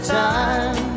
time